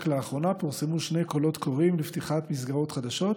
רק לאחרונה פורסמו שני קולות קוראים לפתיחת מסגרות חדשות,